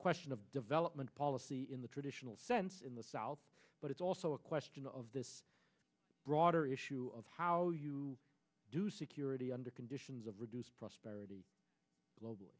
question of development policy in the traditional sense in the south but it's also a question of this broader issue of how you do security under conditions of reduced prosperity